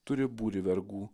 turi būrį vergų